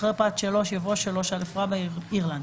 (2) אחרי פרט (3) יבוא: (3א) אירלנד,